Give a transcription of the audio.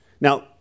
Now